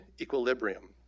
equilibrium